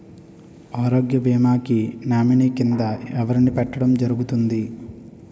ఆరోగ్య భీమా కి నామినీ కిందా ఎవరిని పెట్టడం జరుగతుంది?